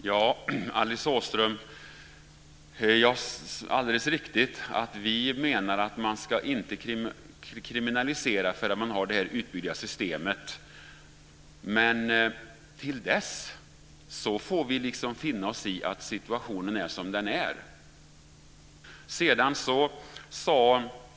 Fru talman! Det är alldeles riktigt att vi menar att man inte ska kriminalisera förrän man har det utbyggda systemet, Alice Åström. Men till dess får vi finna oss i att situationen är som den är.